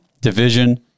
division